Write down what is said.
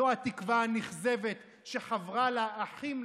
זו התקווה הנכזבת שחברה לאחים,